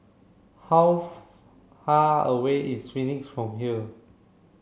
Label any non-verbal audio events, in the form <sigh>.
how <unintelligible> far away is Phoenix from here